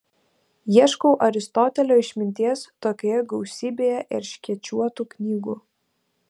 ieškau aristotelio išminties tokioje gausybėje erškėčiuotų knygų